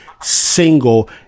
single